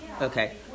Okay